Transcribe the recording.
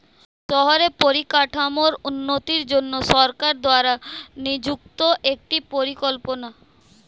শহরের পরিকাঠামোর উন্নতির জন্য সরকার দ্বারা নিযুক্ত একটি পরিকল্পনা